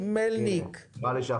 הבנתי.